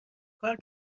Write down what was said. کار